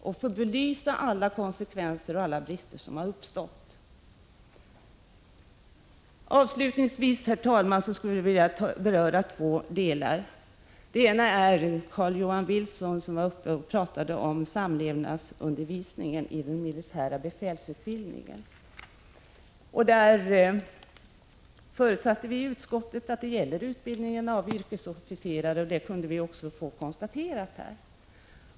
Vi måste få konsekvenserna och de brister som uppstått belysta. Avslutningsvis, herr talman, skulle jag vilja beröra två saker. Den ena gäller det som Carl-Johan Wilson talade om, nämligen samlevnadsundervisningen i den militära befälsutbildningen. Vi förutsatte i utskottet att det gäller utbildningen av yrkesofficerare. Det har också konstaterats här.